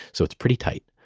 so it's pretty tight.